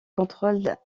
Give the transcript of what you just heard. contrôle